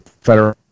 federal